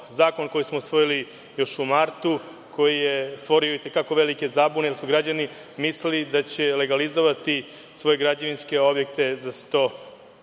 zakon koji smo usvojili još u martu, koji je stvorio itekako velike zabune, jer su građani mislili da će legalizovati svoje građevinske objekte za 100